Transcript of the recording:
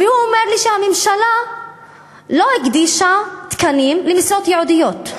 והוא אומר לי שהממשלה לא הקדישה תקנים למשרות ייעודיות.